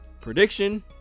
Prediction